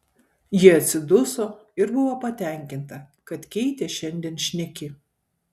ji atsiduso ir buvo patenkinta kad keitė šiandien šneki